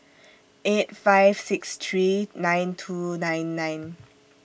eight five six three nine two nine nine